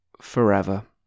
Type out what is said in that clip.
forever